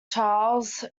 charles